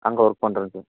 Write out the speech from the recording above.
அங்கே ஒர்க் பண்ணுறேன் சார்